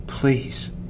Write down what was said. Please